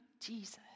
Jesus